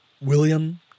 William